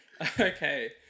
Okay